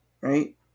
right